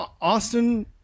Austin